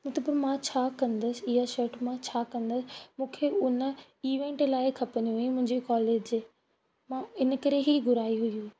उते पर मां छा कंदसि इहा शर्ट मां छा कंदसि मूंखे उन इवेंट लाइ खपंदी हुई मुंहिंजे कॉलेज जे मां इन करे ई घुराई हुई